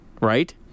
Right